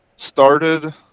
Started